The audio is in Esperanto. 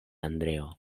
andreo